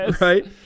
Right